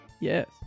Yes